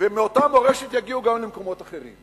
ומאותה מורשת יגיעו גם למקומות אחרים.